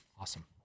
Awesome